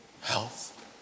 health